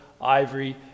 ivory